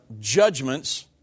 judgments